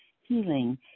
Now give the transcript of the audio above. healing